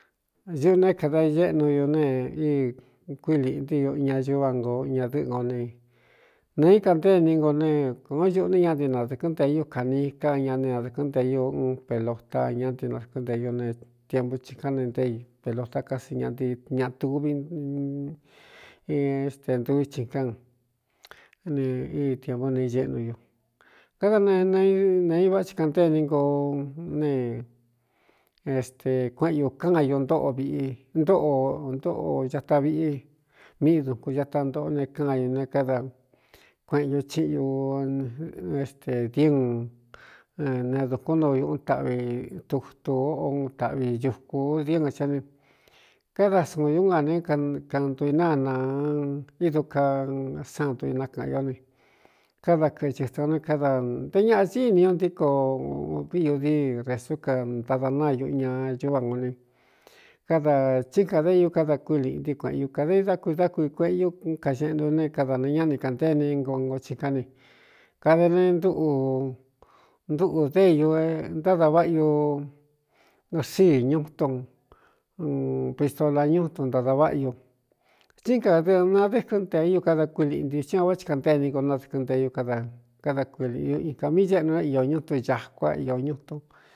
Nuꞌu ne kada iñéꞌnu ñu ne íi kuíliꞌntí uꞌu ña ñuvá ngo ñadɨ́ꞌɨngo ne neeí kantée ni ngo ne kūón ñuꞌu ní ña nti nadɨ̄kɨ́ɨn nte ñú kanii kán ña ne nadɨ̄kɨ́n nte ñú un pelota ñá nti nadɨ̄kɨ́nte ñú ne tiempu thikán ne nté i pelota ká si ña ntii ñaꞌa tuvi este ntu ichi kán ne íi tiēmpu ne iñeꞌnu ñu káda n nēei váꞌa ci kaꞌanténi nko ne este kueꞌen ñu káanñu ntóꞌo viꞌi ntōꞌo ntóꞌo ñata viꞌí míꞌi dukun ñata ntoꞌo ne kán ñū ne káda kueꞌen ñ chiꞌin ñu este diɨu ne dūkún nuu uꞌún taꞌvi tutū oun taꞌvi dukū diɨɨnga cá ni káda suun ñú nga ne kaꞌntuinána ídu ka sánntu i nákɨ̄ꞌɨn ió ne káda kɨchɨ st o ne kada nté ñaꞌa sí íni ñú ntíko vi ūdi rēsú ka ntada náñuꞌ ña ñúvá ngo ni kádā tsí kade iú káda kui liꞌntɨ kueꞌen u kāda i dá kui dá kui kueꞌeiú kañeꞌnu ú ne kada ne ñaꞌni kānténi ngongo csikán ne kāda ne ntuꞌu ntuꞌū dé untáda váꞌa ñu rsíi ñutun pistola ñutun ntada váꞌa ñu tíin kadɨɨ nadɨ́ kɨ̄ꞌɨn nteé iu kada kui liꞌntɨ u tí a vá ti kanténi nko nádɨ̄kɨɨn te ñú kada káda kui līꞌɨn ñu ika mii ñéꞌnu é iō ñutun ñā kuáꞌ iō ñutun.